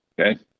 okay